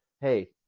hey